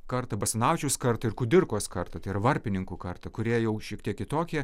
kartą basanavičiaus kartą ir kudirkos kartą tai yra varpininkų karta kurie jau šiek tiek kitokie